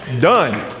done